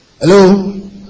Hello